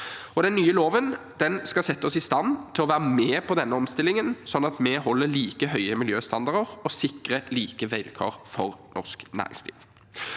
Den nye loven skal sette oss i stand til å være med på denne omstillingen, sånn at vi holder like høye miljøstandarder og sikrer like vilkår for norsk næringsliv.